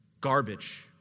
garbage